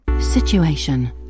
Situation